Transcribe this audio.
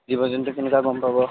জীৱ জন্তু কেনেকুৱা গম পাব